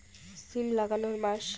সিম লাগানোর মাস?